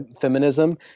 feminism